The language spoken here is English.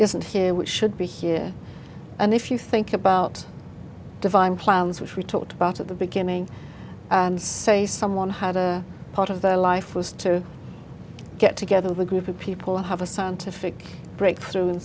isn't here which should be here and if you think about divine plans which we talked about at the beginning and say someone had a part of their life was to get together the group of people have a scientific breakthrough in